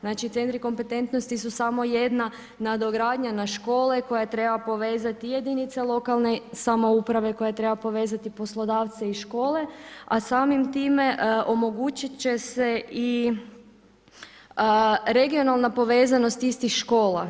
Znači centri kompetentnosti su samo jedna nadogradnja na škole koja treba povezati i jedinice lokalne samouprave, koja treba povezati poslodavce i škole, a samim time omogućit će se i regionalna povezanost istih škola.